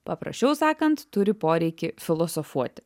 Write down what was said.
paprasčiau sakant turi poreikį filosofuoti